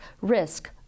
risk